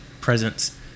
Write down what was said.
presence